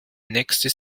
nächste